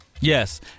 yes